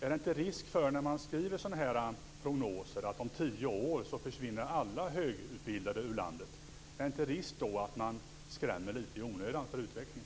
Är det inte risk, då man skriver sådana prognoser att om tio år försvinner alla högutbildade ur landet, att man skrämmer lite i onödan?